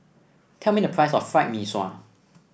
tell me the price of Fried Mee Sua